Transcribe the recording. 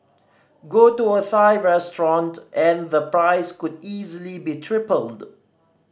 go to a Thai restaurant and the price could easily be tripled